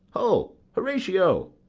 ho, horatio!